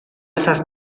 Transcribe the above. esas